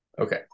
Okay